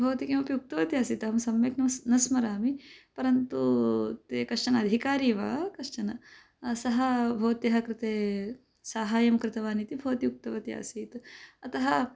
भवती किमपि उक्तवती आसीत् अहं सम्यक् नस् न स्मरामि परन्तु ते कश्चन अधिकारी वा कश्चन सः भवत्याः कृते साहाय्यं कृतवान् इति भवती उक्तवती आसीत् अतः